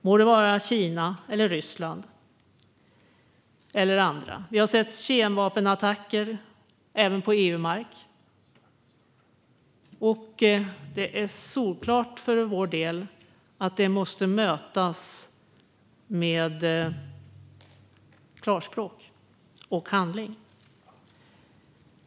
Det må vara Kina eller Ryssland eller andra. Vi har sett kemvapenattacker även på EU-mark. För vår del är det solklart att det måste mötas med klarspråk och handling.